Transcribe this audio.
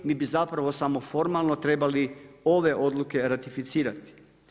Mi bi zapravo samo formalno trebali ove odluke ratificirati.